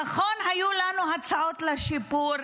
נכון, היו לנו הצעות לשיפור.